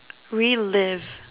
relive